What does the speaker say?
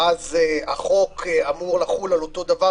ואז החוק אמור לחול על אותו דבר.